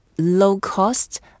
low-cost